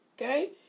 okay